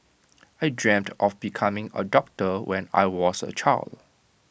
I dreamt of becoming A doctor when I was A child